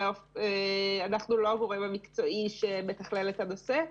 אנחנו לא הגורם המקצועי שמתכלל את הנושא.